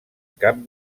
cap